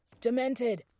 Demented